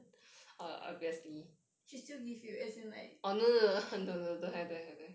she still give you as in like